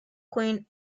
queen